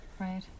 right